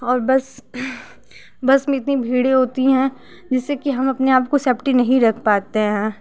और बस बस में इतनी भीड़ होती है जिससे कि हम अपने आप को सेफ्टी नहीं रख पाते हैं